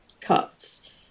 cuts